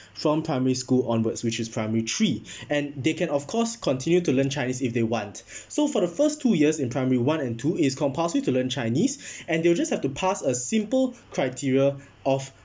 from primary school onwards which is primary three and they can of course continue to learn chinese if they want so for the first two years in primary one and two is compulsory to learn chinese and they'll just have to pass a simple criteria of